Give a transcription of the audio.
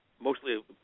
mostly